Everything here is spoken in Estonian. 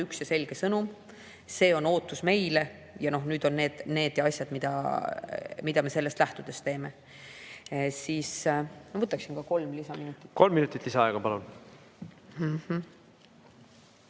üks ja selge sõnum, see on meile pandud ootus ja need on need asjad, mida me sellest lähtudes teeme. Ma võtaksin ka kolm lisaminutit. Kolm minutit lisaaega, palun!